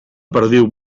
perdiu